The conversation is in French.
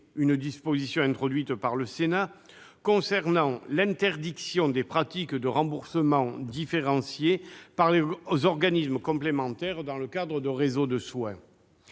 une disposition, introduite par le Sénat, concernant l'interdiction des pratiques de remboursement différencié par les organismes complémentaires dans le cadre de réseaux de soins.